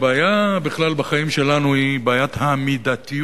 הבעיה בכלל בחיים שלנו היא בעיית המידתיות,